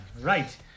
Right